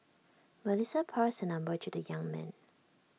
Melissa passed her number to the young man